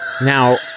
now